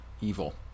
evil